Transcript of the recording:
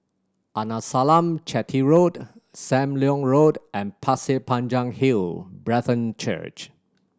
Arnasalam Chetty Road Sam Leong Road and Pasir Panjang Hill Brethren Church